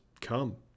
come